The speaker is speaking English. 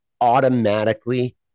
automatically